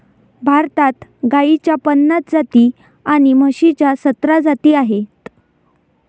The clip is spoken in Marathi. भारतात गाईच्या पन्नास जाती आणि म्हशीच्या सतरा जाती आहेत